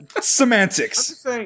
semantics